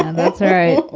and that's all right.